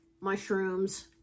mushrooms